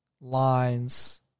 Lines